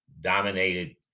dominated